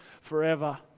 forever